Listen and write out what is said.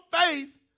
faith